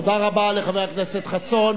תודה רבה לחבר הכנסת חסון.